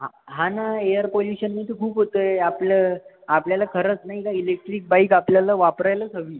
हा हा ना एअर पोल्यूशनने तर खूप होत आहे आपलं आपल्याला खरंच नाही का इलेक्ट्रिक बाईक आपल्याला वापरायलाच हवी